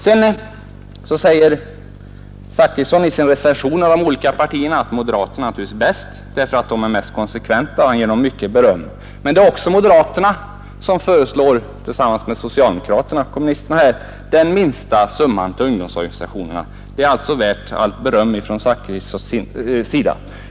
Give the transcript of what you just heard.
Herr Zachrisson säger när han recenserar de olika partierna att moderata samlingspartiet är bäst, därför att moderaterna är mest konsekventa, och han ger dem mycket beröm. Men det är också moderaterna som — tillsammans med socialdemokraterna och kommunisterna — föreslår den minsta summan till ungdomsorganisationerna. Detta anses alltså värt allt beröm från herr Zachrissons sida.